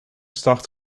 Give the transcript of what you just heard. start